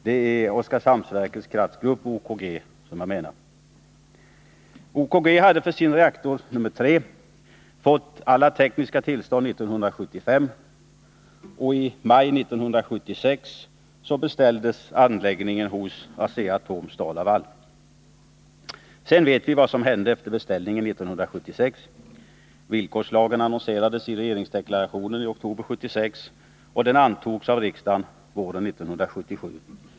Det är Oskarhamnsverkets Kraftgrupp, OKG, som jag menar. 1976 beställdes anläggningen hos Asea-Atom-Stal-Laval. Sedan vet vi vad som hände efter beställningen 1976. Villkorslagen annonserades i regeringsdeklarationen i oktober 1976 och antogs av riksdagen våren 1977.